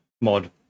mod